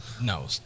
No